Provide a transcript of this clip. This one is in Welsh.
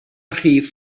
rhif